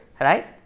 Right